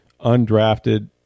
Undrafted